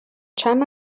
چند